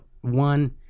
one